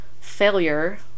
failure